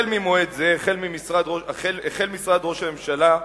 במועד זה החל משרד ראש הממשלה,